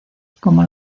como